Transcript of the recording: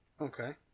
Okay